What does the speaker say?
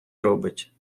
робить